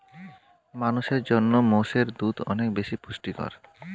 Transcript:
মানুষের জন্য মোষের দুধ অনেক বেশি পুষ্টিকর